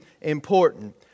important